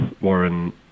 Warren